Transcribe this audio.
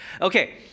Okay